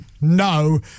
No